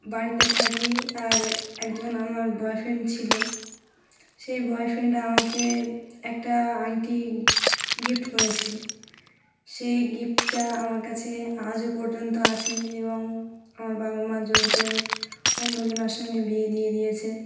বাড়িতে থাকি আর একজন আমার বয়ফ্রেন্ড ছিল সেই বয়ফ্রেন্ড আমাকে একটা আংটি গিফট করেছিল সেই গিফটটা আমার কাছে আজও পর্যন্ত আছে এবং আমার বাবা মা জোর করে অন্যজনের সঙ্গে বিয়ে দিয়ে দিয়েছে